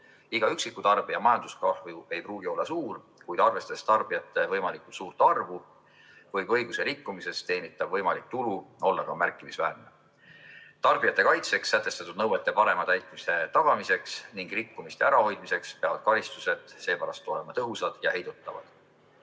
Iga üksiku tarbija majanduskahju ei pruugi olla suur, kuid arvestades tarbijate võimalikku suurt arvu, võib õiguserikkumisega teenitav võimalik tulu olla ka märkimisväärne. Tarbijate kaitseks sätestatud nõuete parema täitmise tagamiseks ning rikkumiste ärahoidmiseks peavad karistused seepärast olema tõhusad ja heidutavad.